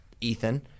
Ethan